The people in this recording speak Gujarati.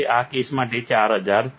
આ કેસ માટે 4000 છે